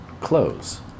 close